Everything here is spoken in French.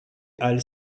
halles